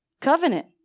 covenant